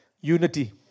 unity